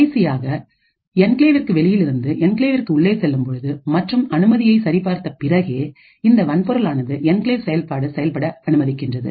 கடைசியாக என்கிளேவிற்கு வெளியிலிருந்து என்கிளேவிற்கு உள்ளே செல்லும்பொழுது மற்றும் அனுமதியையும் சரி பார்த்த பிறகே இந்த வன்பொருள் ஆனது என்கிளேவ் செயல்பாடு செயல்பட அனுமதிக்கின்றது